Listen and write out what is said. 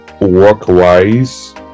work-wise